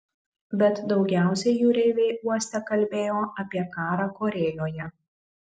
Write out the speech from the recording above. bet daugiausiai jūreiviai uoste kalbėjo apie karą korėjoje